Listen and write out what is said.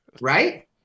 Right